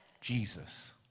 Jesus